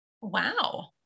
Wow